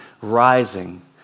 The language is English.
rising